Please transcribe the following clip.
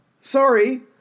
Sorry